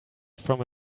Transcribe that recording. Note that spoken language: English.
from